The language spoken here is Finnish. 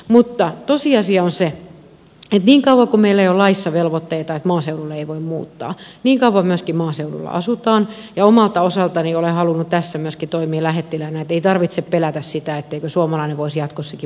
mutta tosiasia on se että niin kauan kuin meillä ei ole laissa velvoitteita että maaseudulle ei voi muuttaa niin kauan myöskin maaseudulla asutaan ja omalta osaltani olen halunnut tässä myöskin toimia lähettiläänä että ei tarvitse pelätä sitä etteikö suomalainen voisi jatkossakin muuttaa maalle